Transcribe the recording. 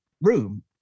room